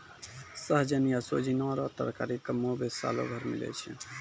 सहजन या सोजीना रो तरकारी कमोबेश सालो भर मिलै छै